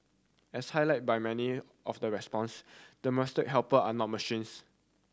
as highlight by many of the response domestic helper are not machines